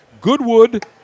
Goodwood